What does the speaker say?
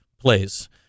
plays